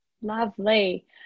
Lovely